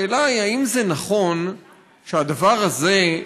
השאלה היא אם זה נכון שהדבר הזה,